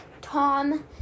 tom